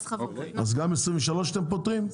אז גם 2023 אתם פוטרים?